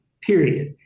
Period